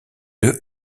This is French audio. deux